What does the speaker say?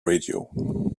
radio